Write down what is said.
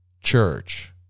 church